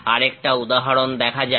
আরেকটা উদাহরণ দেখা যাক